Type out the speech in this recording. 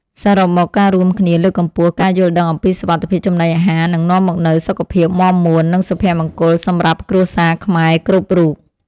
សរុបមក ការរួមគ្នាលើកកម្ពស់ការយល់ដឹងអំពីសុវត្ថិភាពចំណីអាហារនឹងនាំមកនូវសុខភាពមាំមួននិងសុភមង្គលសម្រាប់គ្រួសារខ្មែរគ្រប់រូប។